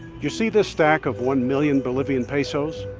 you see this stack of one million bolivian pesos?